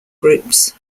groups